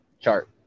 chart